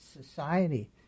society